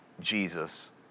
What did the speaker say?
Jesus